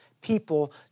people